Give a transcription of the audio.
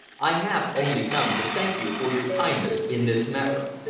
i have only come to thank you for your kindness in this matter.